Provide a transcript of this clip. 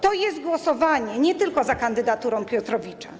To jest głosowanie nie tylko za kandydaturą Piotrowicza.